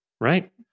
Right